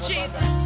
Jesus